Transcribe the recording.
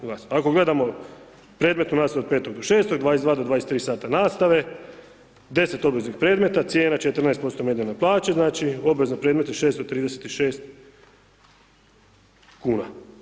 Ako gledamo predmetnu nastavu od 5. do 6. 22 do 23 sata nastave, 10 obveznih predmeta, cijena 14% ... na plaće, znači obvezni predmeti 636 kuna.